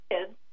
kids